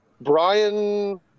Brian